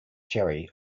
sherry